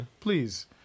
Please